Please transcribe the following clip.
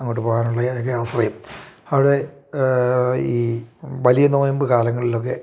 അങ്ങോട്ട് പോകാനുള്ള ഏക ആശ്രയം അവിടെ ഈ വലിയ നോയമ്പ് കാലങ്ങളിലൊക്കെ